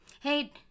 Hey